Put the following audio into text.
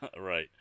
Right